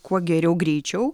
kuo geriau greičiau